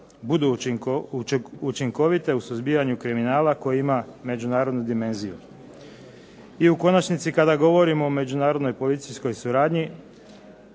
budu učinkovite u suzbijanju kriminala koji ima međunarodnu dimenziju. I u konačnici kada govorimo o međunarodnoj policijskoj suradnji